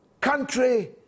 Country